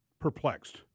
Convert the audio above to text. perplexed